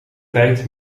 tijd